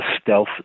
stealth